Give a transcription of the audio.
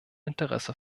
interesse